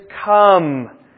come